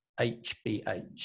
hbh